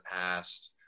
past